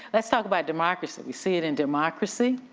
let's talk about democracy, we see it in democracy,